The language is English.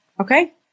Okay